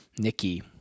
Nikki